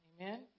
Amen